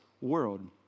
world